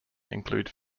include